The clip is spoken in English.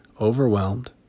Overwhelmed